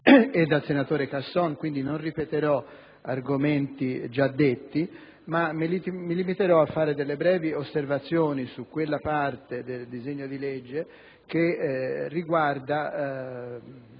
e dal senatore Casson. Pertanto, non ripeterò argomenti già trattati, ma mi limiterò a fare delle brevi osservazioni su quella parte del disegno di legge che riguarda